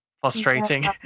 frustrating